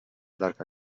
larga